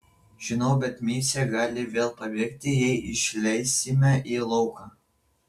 žinau bet micė gali vėl pabėgti jei išleisime į lauką